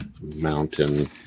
Mountain